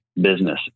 business